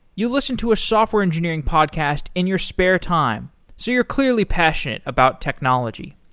you listen to a software engineering podcast in your spare time, so you're clearly passionate about technology.